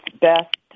best